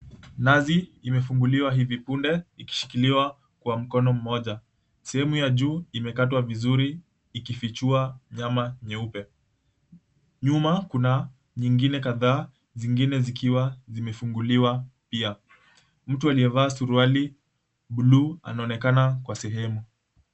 Nazi imefunguliwa hivi punde ikishikiliwa kwa mkono mmoja. Sehemu ya juu imekatwa vizuri ikifichua nyama nyeupe. Nyuma kuna nyingine kadhaa zingine zikiwa zimefunguliwa pia. Mtu aliyevaa suruali buluu anaonekana kwa sehemu.